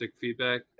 feedback